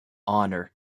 honor